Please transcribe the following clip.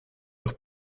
auch